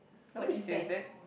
nobody says that